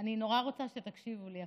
אני נורא רוצה שתקשיבו לי עכשיו.